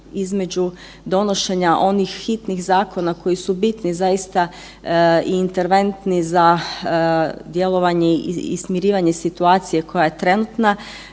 između donošenja onih hitnih zakona koji su bitni zaista i interventni za djelovanje i smirivanje situacije koja je trenutna,